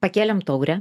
pakėlėm taurę